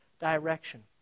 direction